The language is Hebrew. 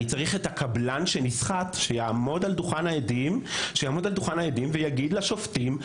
אני צריך את הקבלן שנסחט שיעמוד על דוכן העדים ויגיד לשופטים: